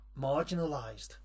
marginalised